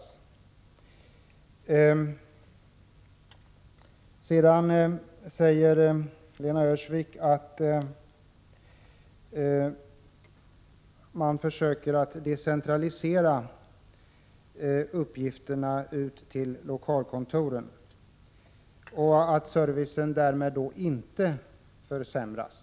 Sedan säger Lena Öhrsvik att man försöker decentralisera uppgifterna ut till lokalkontoren och att servicen därmed inte försämras.